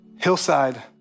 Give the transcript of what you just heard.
hillside